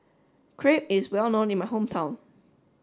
Crepe is well known in my hometown